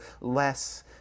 less